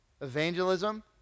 Evangelism